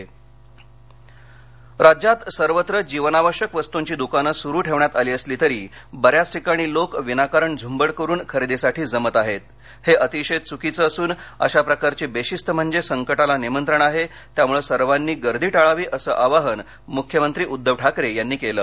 मख्यमंत्री राज्यात सर्वत्र जीवनावश्यक वस्तूंची दुकानं सुरु ठेवण्यात आली असली तरी बऱ्याच ठिकाणी लोकं विनाकारण झुंबड करून खरेदीसाठी जमत आहेत हे अतिशय चुकीचं असून अशा प्रकारची बेशिस्त म्हणजे संकटाला निमंत्रण आहे त्यामुळं सर्वांनी गर्दी टाळावी असं आवाहन मुख्यमंत्री उद्धव ठाकरे यांनी केलं